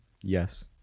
Yes